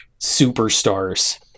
superstars